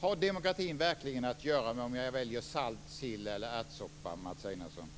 Har demokratin verkligen att göra med om jag väljer salt sill eller ärtsoppa, Mats Einarsson?